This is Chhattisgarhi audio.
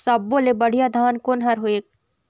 सब्बो ले बढ़िया धान कोन हर हे?